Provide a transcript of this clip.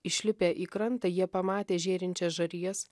išlipę į krantą jie pamatė žėrinčias žarijas